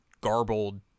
garbled